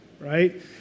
right